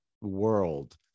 world